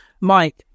Mike